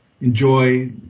enjoy